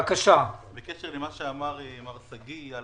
בקשר למה שאמר מר שגיא,